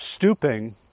Stooping